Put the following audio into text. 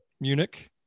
Munich